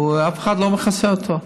אף אחד לא מכסה אותו.